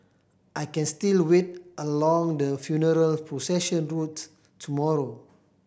I can still wait along the funeral procession route tomorrow